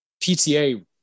PTA